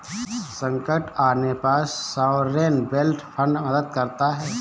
संकट आने पर सॉवरेन वेल्थ फंड मदद करता है